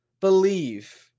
believe